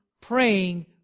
praying